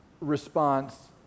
response